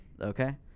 Okay